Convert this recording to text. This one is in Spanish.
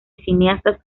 cineastas